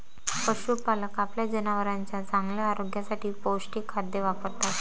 पशुपालक आपल्या जनावरांच्या चांगल्या आरोग्यासाठी पौष्टिक खाद्य वापरतात